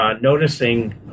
noticing